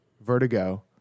Vertigo